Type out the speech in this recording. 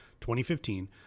2015